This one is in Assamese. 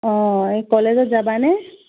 অ' এই কলেজত যাবানে